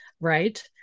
right